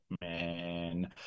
man